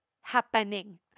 happening